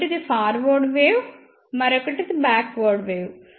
మొదటిది forward wave మరొకటి backward wave